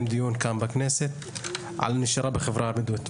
כאן דיון על נשירה בחברה הבדואית.